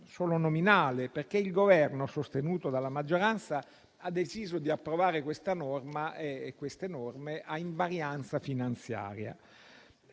solo nominale perché il Governo, sostenuto dalla maggioranza, ha deciso di approvare queste norme a invarianza finanziaria.